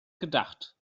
gedacht